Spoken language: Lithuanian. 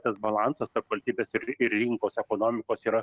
tas balansas tarp valstybės ir ir rinkos ekonomikos yra